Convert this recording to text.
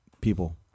people